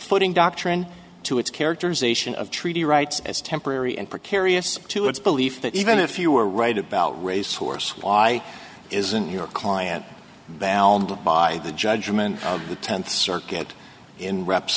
footing doctrine to its characters ation of treaty rights as temporary and precarious to its belief that even if you are right about race horse why isn't your client bound by the judgment of the tenth circuit in reps